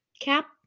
cap